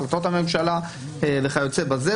החלטות הממשלה וכיוצא בזה.